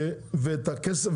ואת הכסף,